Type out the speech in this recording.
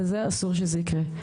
וזה אסור שזה יקרה.